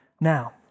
Now